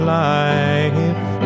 life